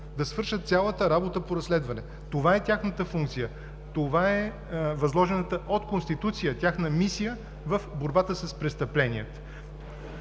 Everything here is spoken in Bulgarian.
да свършат цялата работа по разследване. Това е тяхната функция. Това е възложената от Конституцията тяхна мисия в борбата с престъпленията.